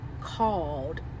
called